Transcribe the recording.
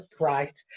right